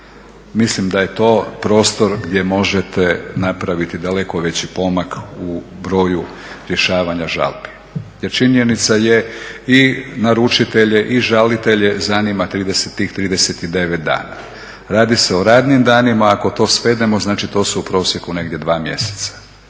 mislim da je to prostor gdje možete napraviti daleko veći pomak u broju rješavanja žalbi. Jer činjenica je i naručitelje i žalitelje zanima tih 39 dana, radi se o radnim danima, a ako to svedemo znači to su u prosjeku negdje 2 mjeseca.